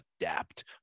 adapt